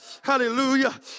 hallelujah